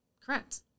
correct